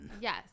Yes